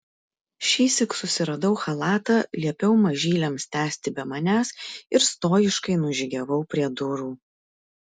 šįsyk susiradau chalatą liepiau mažyliams tęsti be manęs ir stojiškai nužygiavau prie durų